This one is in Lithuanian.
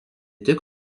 tik